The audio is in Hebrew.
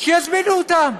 שיזמינו אותם.